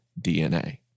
DNA